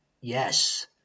yes